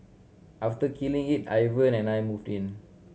after killing it Ivan and I moved in